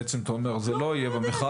בעצם אתה אומר זה לא יהיה במכרז,